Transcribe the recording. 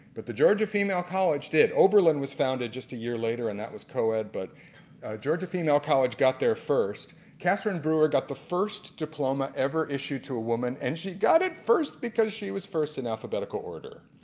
but the georgia female college did. oberland was founded a year later and that was coed. but georgia female college got there first. catherine brewer got the first diploma ever issued to a woman and she got it first because she was first in alphabetical order.